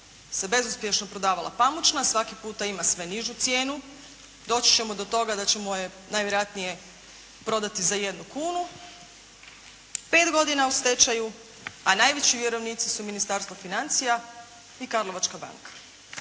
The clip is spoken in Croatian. se bezuspješno prodavala pamučna, svaki puta ima sve nižu cijenu. Doći ćemo do toga da ćemo je najvjerojatnije prodati za jednu kunu. Pet godina u stečaju a najveći vjerovnici su Ministarstvo financija i Karlovačka banka.